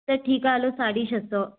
त ठीकु आहे हलो साढी छह सौ